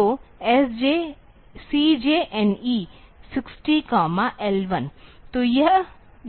तो CJNE 60 L1 तो